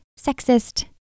sexist